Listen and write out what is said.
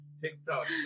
TikTok